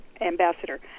ambassador